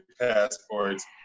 passports